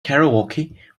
karaoke